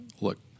look